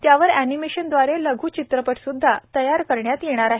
त्यावर अॅनिमेशनद्वारा लघ्चित्रपट स्द्धा तयार करण्यात आला आहे